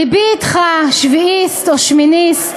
לבי אתך, שביעיסט